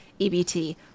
EBT